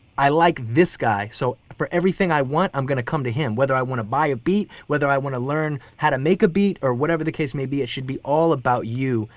i like this guy. so, for everything that i want i'm going to come to him. whether i want to buy a beat, whether i want to learn how to make a beat, or whatever the case may be, it should be all about you.